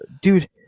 dude